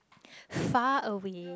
far away